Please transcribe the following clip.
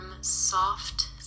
soft